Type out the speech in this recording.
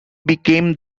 became